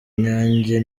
inyange